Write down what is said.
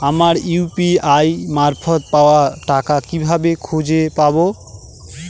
আমার ইউ.পি.আই মারফত পাওয়া টাকা কিভাবে খুঁজে পাব?